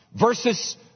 versus